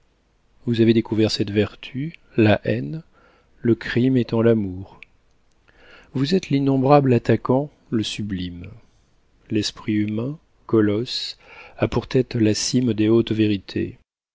vous avez découvert cette vertu la haine le crime étant l'amour vous êtes l'innombrable attaquant le sublime l'esprit humain colosse a pour tête la cime des hautes vérités